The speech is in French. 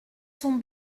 sont